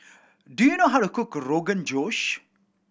do you know how to cook Rogan Josh